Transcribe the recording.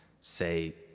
say